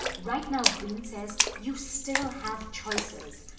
right now, greene says, you still have choices.